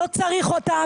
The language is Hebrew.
לא צריך אותם.